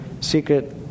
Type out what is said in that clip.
secret